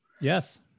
Yes